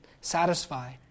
satisfy